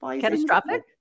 Catastrophic